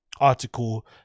article